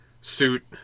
suit